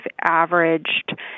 averaged